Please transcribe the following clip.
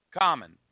common